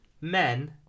men